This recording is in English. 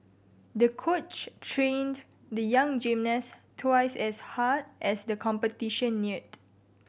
the coach trained the young gymnast twice as hard as the competition neared